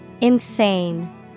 Insane